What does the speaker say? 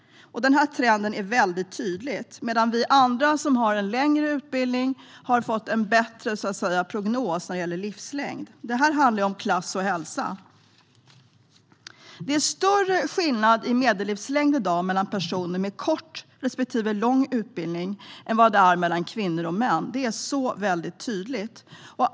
Denna trend är tydlig, medan vi som har längre utbildning har fått en bättre prognos vad gäller livslängd. Detta handlar om klass och hälsa. Det är större skillnad i medellivslängd mellan personer med kort respektive lång utbildning än vad det är mellan kvinnor och män. Det är tydligt.